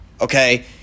Okay